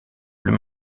plus